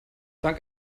dank